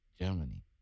Germany